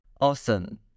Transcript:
Awesome